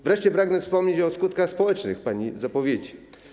Wreszcie pragnę wspomnieć o skutkach społecznych pani zapowiedzi.